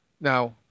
Now